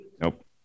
nope